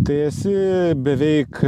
tai esi beveik